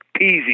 peasy